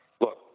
Look